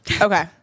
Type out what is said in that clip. Okay